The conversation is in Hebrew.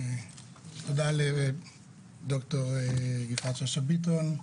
תודה לד"ר יפעת שאשא ביטון,